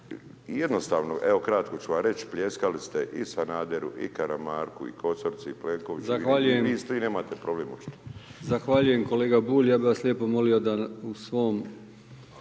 jednostavno evo kratko ću vam reći, pljeskali ste i Sanaderu, i Karamarku, i Kosorici, i Plenkoviću i vi s tim nemate problem očito. **Brkić, Milijan (HDZ)** Zahvaljujem kolega Bulj. Ja bih vas lijepo molio da u svoj